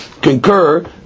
concur